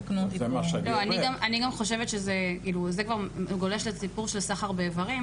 זה כבר גולש גם לסיפור של סחר באברים,